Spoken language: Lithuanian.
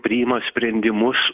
priima sprendimus